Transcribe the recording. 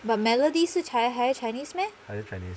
but melody 是 higher chinese meh